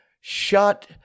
shut